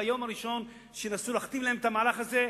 ביום הראשון שינסו להכתיב להם את המהלך הזה,